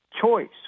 choice